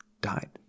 died